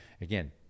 again